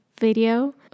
video